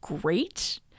great